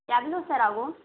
எவ்வளோ சார் ஆகும்